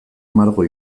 margo